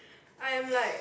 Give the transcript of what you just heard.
I'm like